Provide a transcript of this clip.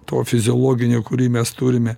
to fiziologinio kurį mes turime